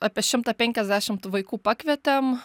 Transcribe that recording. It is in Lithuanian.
apie šimtą penkiasdešimt vaikų pakvietėm